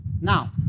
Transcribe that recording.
Now